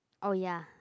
oh ya